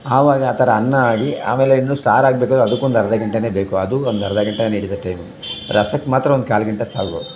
ಆವಾಗ ಆ ಥರ ಅನ್ನ ಆಗಿ ಆಮೇಲೆ ಇನ್ನು ಸಾರು ಆಗಬೇಕಾದ್ರೆ ಅದಕ್ಕೊಂದು ಅರ್ಧ ಗಂಟೆನೇ ಬೇಕು ಅದು ಒಂದು ಅರ್ಧ ಗಂಟೆನೇ ಹಿಡಿತದೆ ಟೈಮು ರಸಕ್ಕೆ ಮಾತ್ರ ಒಂದು ಕಾಲು ಗಂಟೆ ಸಾಕು